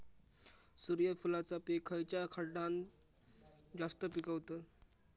सूर्यफूलाचा पीक खयच्या खंडात जास्त पिकवतत?